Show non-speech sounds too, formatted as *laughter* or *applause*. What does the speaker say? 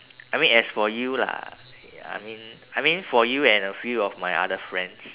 *noise* I mean as for you lah *noise* I mean I mean for you and a few of my other friends